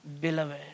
Beloved